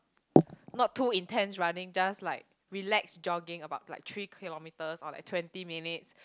not too intense running just like relax jogging about like three kilometres or like twenty minutes